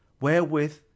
wherewith